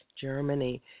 Germany